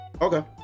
Okay